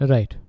Right